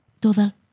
toda